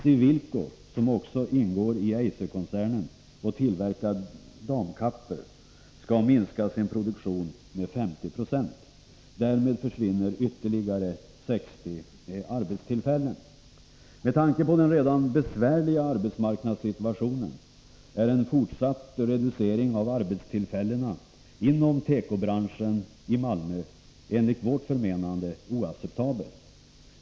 Cewilko, som också ingår i Eiserkoncernen och som tillverkar damkappor, skall minska sin produktion med 50 96. Därmed försvinner ytterligare 60 arbetstillfällen. Med tanke på den redan besvärliga arbetsmarknadssituationen är en fortsatt reducering av arbetstillfällena inom tekobranschen i Malmö enligt vårt förmenande oacceptabel.